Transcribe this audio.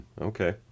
Okay